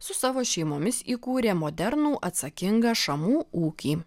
su savo šeimomis įkūrė modernų atsakingą šamų ūkį